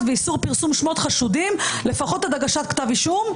ואיסור פרסום שמות חשודים לפחות עד הגשת כתב אישום,